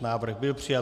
Návrh byl přijat.